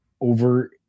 over